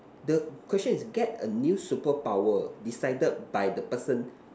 the question is get a new superpower decided by the person